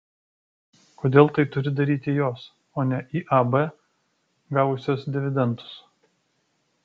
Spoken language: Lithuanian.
kodėl tai turi daryti jos o ne iab gavusios dividendus